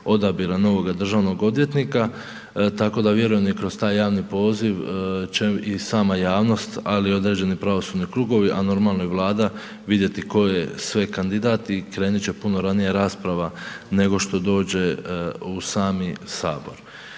odabira novoga državnog odvjetnika, tako da vjerujem i kroz taj javni poziv će i sama javnost, ali i određeni pravosudni krugovi, a normalno i Vlada vidjeti ko je sve kandidat i krenit će puno ranije rasprava nego što dođe u sami HS.